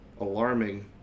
alarming